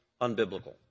unbiblical